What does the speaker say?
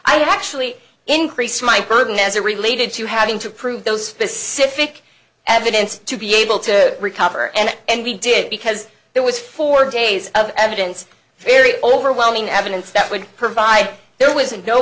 have actually increased my burden as are related to having to prove those specific evidence to be able to recover and we did because there was four days of evidence very overwhelming evidence that would provide there was no